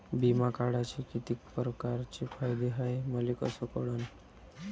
बिमा काढाचे कितीक परकारचे फायदे हाय मले कस कळन?